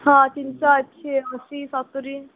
ହଁ ତିନି ଶହ ଅଛି ଅଶୀ ସତୁରୀ